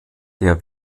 der